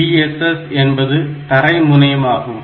Vss என்பது தறைமுனையம் ஆகும்